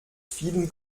vielen